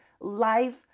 Life